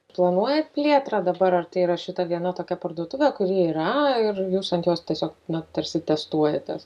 planuojat plėtrą dabar ar tai yra šita viena tokia parduotuvė kuri yra ir jūs ant jos tiesiog na tarsi testuojatės